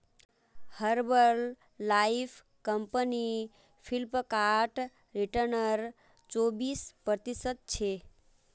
herbal life company Flipkart return चोबीस प्रतिशतछे